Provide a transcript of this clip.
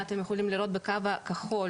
אתם יכולים לראות בקו הכחול,